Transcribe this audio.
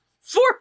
four